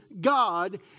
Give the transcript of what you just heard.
God